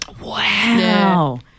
Wow